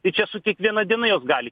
tai čia su kiekviena diena jos gali